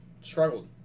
struggled